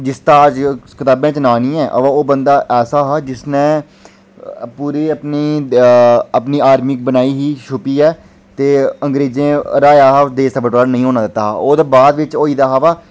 जिस दा अज्ज कताबै च नांऽ नेईं ऐ अवा ओह् बंदा ऐसा हा जिसने पूरी अपनी अपनी आर्मी बनाई ही छुप्पियै ते अंग्रेजे गी हराया हा देश दा बटबारा नेईं होन दित्ता हा ओह्दे बाद बिच्च होई दा हा बा